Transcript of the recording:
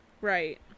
right